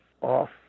off